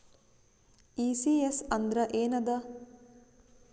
ECS ಅಂದ್ರ ಏನದ?